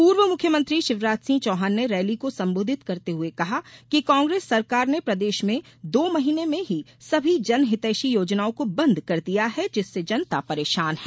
पूर्व मुख्यमंत्री शिवराज सिंह चौहान ने रैली को संबोधित करते हुए कहा कि कांग्रेस सरकार ने प्रदेश में दो महीने में ही सभी जनहितैषी योजनाओं को बंद कर दिया है जिससे जनता परेशान है